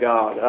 God